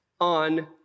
on